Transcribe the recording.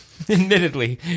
Admittedly